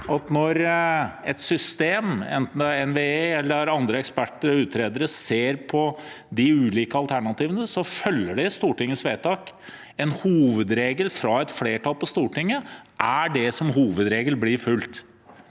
når et system, enten det er NVE eller andre eksperter og utredere, ser på de ulike alternativene, følger de Stortingets vedtak. En hovedregel fra et flertall på Stortinget er det som som hovedregel blir fulgt.